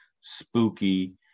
spooky